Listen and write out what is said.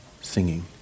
singing